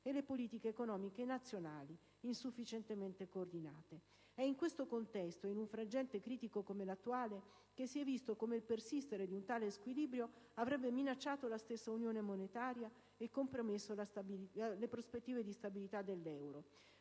e le politiche economiche nazionali insufficientemente coordinate. È in questo contesto e in un frangente critico come l'attuale che si è visto come il persistere di un tale squilibrio avrebbe minacciato la stessa Unione monetaria e compromesso la prospettive di stabilità dell'euro.